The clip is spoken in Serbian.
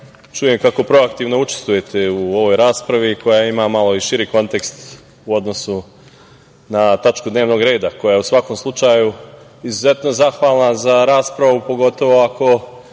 čujem kako proaktivno učestvujete u ovoj raspravi koja ima malo i širi kontekst u odnosu na tačku dnevnog reda, koja je u svakom slučaju izuzetno zahvalna za raspravu, pogotovo ako